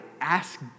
ask